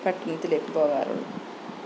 പട്ടണത്തിലേക്ക് പോകാറുള്ളൂ